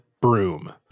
broom